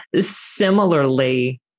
Similarly